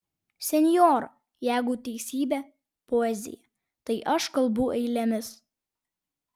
senjora jeigu teisybė poezija tai aš kalbu eilėmis